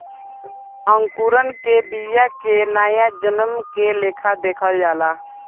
अंकुरण के बिया के नया जन्म के लेखा देखल जाला